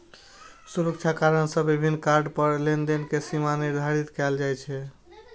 सुरक्षा कारण सं विभिन्न कार्ड पर लेनदेन के सीमा निर्धारित कैल जाइ छै